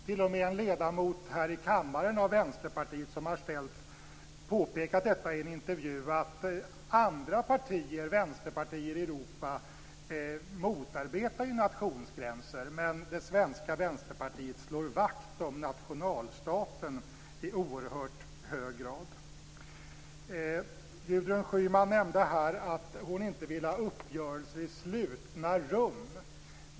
T.o.m. en ledamot av Vänsterpartiet här i kammaren har i en intervju påpekat att andra vänsterpartier i Europa motarbetar nationsgränser, men att det svenska Vänsterpartiet slår vakt om nationalstaten i oerhört hög grad. Gudrun Schyman nämnde här att hon inte vill ha uppgörelser i slutna rum.